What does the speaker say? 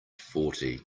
forty